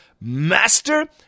master